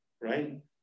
right